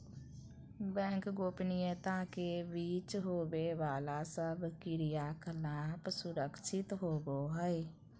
bank गोपनीयता के बीच होवे बाला सब क्रियाकलाप सुरक्षित होवो हइ